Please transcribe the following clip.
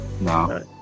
No